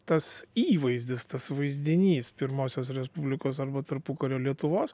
tas įvaizdis tas vaizdinys pirmosios respublikos arba tarpukario lietuvos